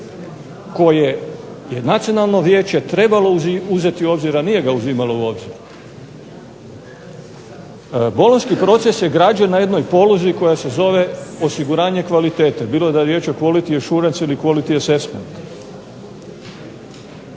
koje je nacionalno vijeće trebalo uzeti u obzir, a nije ga uzimalo u obzir. Bolonjski proces je građen na jednoj poluzi koje se zove osiguranje kvalitete, bilo da je riječ o Quality Assurance ili Quality Assesment.